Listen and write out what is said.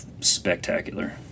spectacular